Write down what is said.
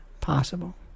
possible